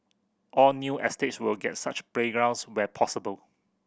all new estates will get such playgrounds where possible